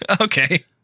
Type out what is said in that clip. Okay